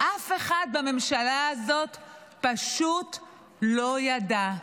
אף אחד בממשלה הזאת פשוט לא ידע.